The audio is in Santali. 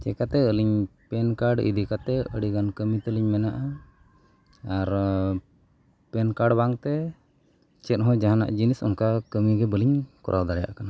ᱪᱤᱠᱟᱹᱛᱮ ᱟᱹᱞᱤᱧ ᱯᱮᱱ ᱠᱟᱨᱰ ᱤᱫᱤ ᱠᱟᱛᱮᱫ ᱟᱹᱰᱤᱜᱟᱱ ᱠᱟᱹᱢᱤ ᱛᱟᱹᱞᱤᱧ ᱢᱮᱱᱟᱜᱼᱟ ᱟᱨ ᱯᱮᱱ ᱠᱟᱨᱰ ᱵᱟᱝᱛᱮ ᱪᱮᱫ ᱦᱚᱸ ᱡᱟᱦᱟᱱᱟᱜ ᱡᱤᱱᱤᱥ ᱚᱱᱠᱟ ᱠᱟᱹᱢᱤ ᱜᱮ ᱵᱟᱹᱞᱤᱧ ᱠᱚᱨᱟᱣ ᱫᱟᱲᱮᱭᱟᱜ ᱠᱟᱱᱟ